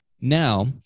Now